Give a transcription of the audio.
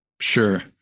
Sure